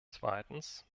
zweitens